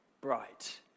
bright